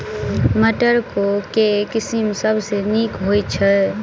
मटर केँ के किसिम सबसँ नीक होइ छै?